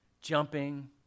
Jumping